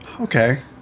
okay